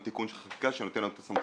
תיקון של חקיקה שנותן לנו את הסמכויות.